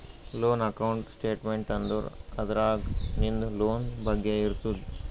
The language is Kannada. ಲೋನ್ ಅಕೌಂಟ್ ಸ್ಟೇಟ್ಮೆಂಟ್ ಅಂದುರ್ ಅದ್ರಾಗ್ ನಿಂದ್ ಲೋನ್ ಬಗ್ಗೆ ಇರ್ತುದ್